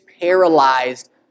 paralyzed